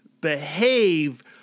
behave